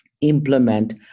implement